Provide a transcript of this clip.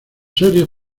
series